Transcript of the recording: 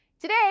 Today